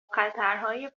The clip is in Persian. خطرهای